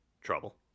trouble